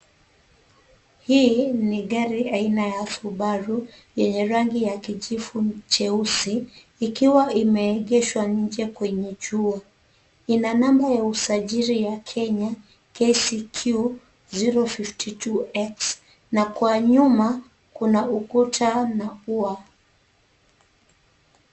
Hii ni gari aina ya Subaru yenye rangi ya kijivu cheusi, ikiwa imeegeshwa kwenye jua. Ina namba ya usajili ya Kenya KCQ 052X, na kwa nyuma kuna ukuta na ua.